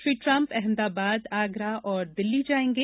Shri Trump Ahmedabad Agra और दिल्ली जायेंगे